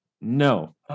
No